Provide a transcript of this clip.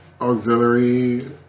auxiliary